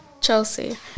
Chelsea